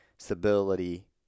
stability